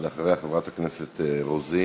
אחריה, חברת הכנסת רוזין,